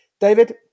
David